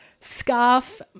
SCARF